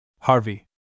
Harvey